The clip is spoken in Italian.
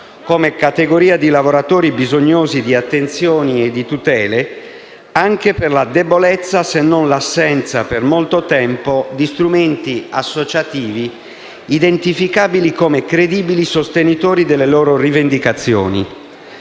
come categoria di lavoratori bisognosi di attenzioni e di tutele, anche per la debolezza, se non l'assenza, per molto tempo, di strumenti associativi identificabili come credibili sostenitori delle loro rivendicazioni.